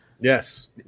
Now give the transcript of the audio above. yes